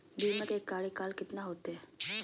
बीमा के कार्यकाल कितना होते?